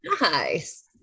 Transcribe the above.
nice